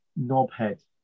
knobhead